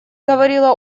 говорила